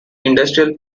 industrial